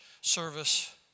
service